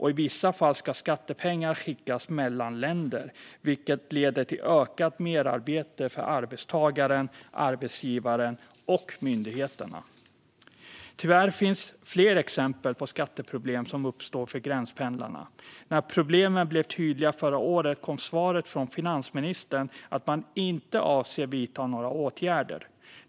I vissa fall ska skattepengar skickas mellan länder, vilket leder till ökat merarbete för arbetstagaren, arbetsgivaren och myndigheterna. Tyvärr finns det fler exempel på skatteproblem som uppstår för gränspendlarna. När problemen blev tydliga förra året kom svaret från finansministern att man inte avser att vidta några åtgärder.